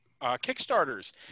kickstarters